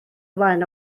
flaen